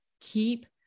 keep